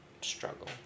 struggle